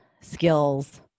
skills